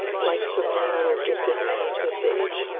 like so many other gifted men of this age,